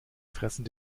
fressen